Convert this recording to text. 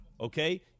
okay